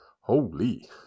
Holy